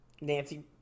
Nancy